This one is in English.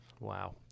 Wow